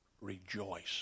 rejoice